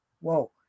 whoa